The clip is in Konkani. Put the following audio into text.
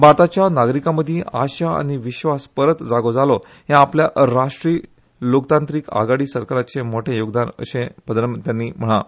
भारताच्या नागरिकामदी आशा आनी विश्वास परत जागो जालो हे आपल्या राष्ट्रीय लोकतांत्रिक आघाडी सरकाराचे मोठे योगदान अशे प्रधानमंत्र्यानी म्हळा